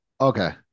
Okay